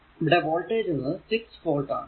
ഇവിടെ വോൾടേജ് എന്നത് 6 വോൾട് ആണ്